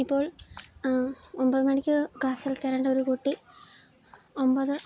ഇപ്പോൾ ഒമ്പത് മണിക്ക് ക്ലാസ്ൽ കയറേണ്ട കൂട്ടി ഒമ്പത്